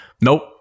Nope